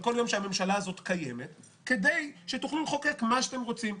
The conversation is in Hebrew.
כל יום שהממשלה הזאת קיימת כדי שתוכלו לחוקק מה שאתם רוצים.